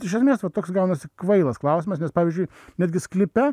iš esmės va toks gaunasi kvailas klausimas nes pavyzdžiui netgi sklype